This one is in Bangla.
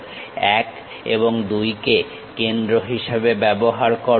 1 এবং 2 কে কেন্দ্র হিসেবে ব্যবহার করো